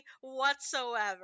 whatsoever